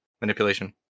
manipulation